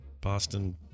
Boston